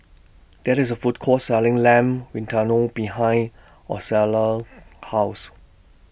There IS A Food Court Selling Lamb Vindaloo behind Ozella's House